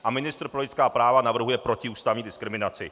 A ministr pro lidská práva navrhuje protiústavní diskriminaci.